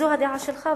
זו הדעה שלך,